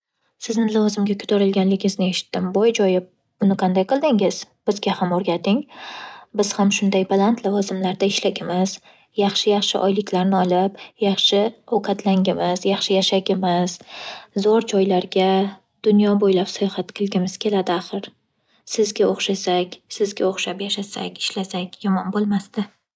Sizni lavozimga ko'tarilganligingizni eshitdim. Bu ajoyib! Buni qanday qildingiz? Bizga ham o'rgating. Biz ham shunday baland lavozimlarda ishlagimiz, yaxshi-yaxshi oyliklarni olib, yaxshi ovqatlangimiz, yaxshi yashagimiz, zo'r joylarga dunyo bo'ylab sayohat qilgimiz keladi axir. Sizga o'xshasak, sizga o'xshab yashasak, ishlasak yomon bo'lmasdi.